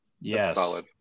Yes